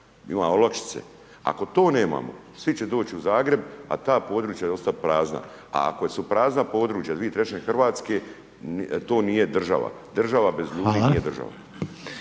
ima olakšice, ako to nemamo svi će doć u Zagreb, a ta područja ostat prazna, a ako su prazna područja 2/3 Hrvatske to nije država, država bez ljudi …/Upadica: